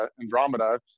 Andromeda